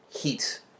heat